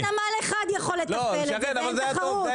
רק נמל אחד יכול לתפעל את זה, אין תחרות.